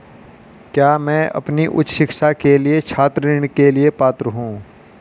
क्या मैं अपनी उच्च शिक्षा के लिए छात्र ऋण के लिए पात्र हूँ?